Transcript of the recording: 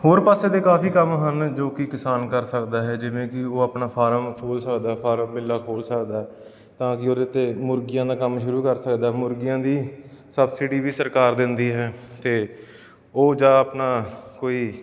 ਹੋਰ ਪਾਸੇ ਦੇ ਕਾਫੀ ਕੰਮ ਹਨ ਜੋ ਕਿ ਕਿਸਾਨ ਕਰ ਸਕਦਾ ਹੈ ਜਿਵੇਂ ਕਿ ਉਹ ਆਪਣਾ ਫਾਰਮ ਖੋਲ੍ਹ ਸਕਦਾ ਫਾਰਮ ਵਿੱਲਾ ਖੋਲ੍ਹ ਸਕਦਾ ਹੈ ਤਾਂ ਕਿ ਉਹਦੇ 'ਤੇ ਮੁਰਗੀਆਂ ਦਾ ਕੰਮ ਸ਼ੁਰੂ ਕਰ ਸਕਦਾ ਮੁਰਗੀਆਂ ਦੀ ਸਬਸਿਡੀ ਵੀ ਸਰਕਾਰ ਦਿੰਦੀ ਹੈ ਅਤੇ ਉਹ ਜਾਂ ਆਪਣਾ ਕੋਈ